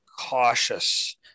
cautious